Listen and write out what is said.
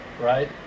right